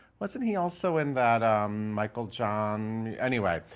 wasn't he also in that michael john, anyway,